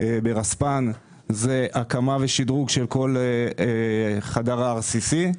ברספ"ן (רשות הספנות והנמלים) זה הקמה ושדרוג של כל חדר ה-RCC.